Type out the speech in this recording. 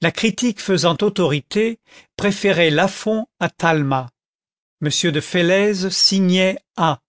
la critique faisant autorité préférait lafon à talma m de féletz signait a